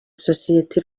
sosiyete